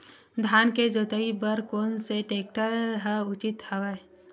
धान के जोताई बर कोन से टेक्टर ह उचित हवय?